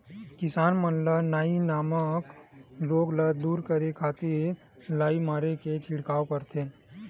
किसान मन लाई नामक रोग ल दूर करे खातिर लाई मारे के छिड़काव करथे